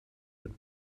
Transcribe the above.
mit